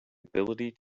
ability